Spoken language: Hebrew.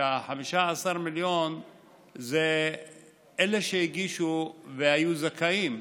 שה-15 מיליון זה לאלה שהגישו והיו זכאים,